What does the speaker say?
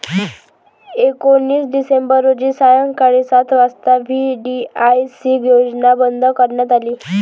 एकोणीस डिसेंबर रोजी सायंकाळी सात वाजता व्ही.डी.आय.सी योजना बंद करण्यात आली